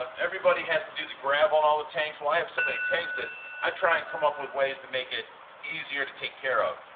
everybody has to do the gravel in all the tanks, well i have so many tanks that i try and come up with ways to make it easier to take care of.